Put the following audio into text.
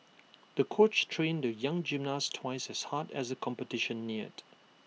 the coach trained the young gymnast twice as hard as the competition neared